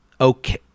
okay